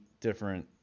different